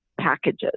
packages